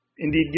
Indeed